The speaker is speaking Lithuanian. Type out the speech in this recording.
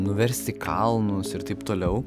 nuversti kalnus ir taip toliau